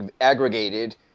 aggregated